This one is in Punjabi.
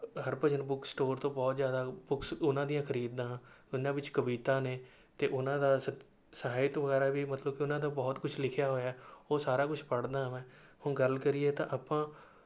ਹਰਭਜਨ ਬੁੱਕ ਸਟੋਰ ਤੋਂ ਬਹੁਤ ਜ਼ਿਆਦਾ ਬੁੱਕਸ ਉਨ੍ਹਾਂ ਦੀਆਂ ਖਰੀਦਦਾ ਹਾਂ ਉਨ੍ਹਾਂ ਵਿੱਚ ਕਵਿਤਾ ਨੇ ਅਤੇ ਉਨ੍ਹਾਂ ਦਾ ਸਤ ਸਾਹਿਤ ਵਗੈਰਾ ਵੀ ਮਤਲਬ ਕਿ ਉਨ੍ਹਾਂ ਦਾ ਬਹੁਤ ਕੁਛ ਲਿਖਿਆ ਹੋਇਆ ਉਹ ਸਾਰਾ ਕੁਛ ਪੜ੍ਹਦਾ ਮੈਂ ਹੁਣ ਗੱਲ ਕਰੀਏ ਤਾਂ ਆਪਾਂ